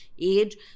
age